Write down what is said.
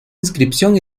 inscripción